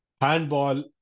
handball